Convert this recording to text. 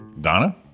Donna